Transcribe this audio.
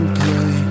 play